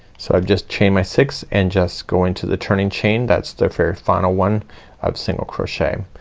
so i've just chained my six and just go into the turning chain. that's the very final one of single crochet.